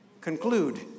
conclude